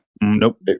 Nope